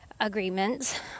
Agreements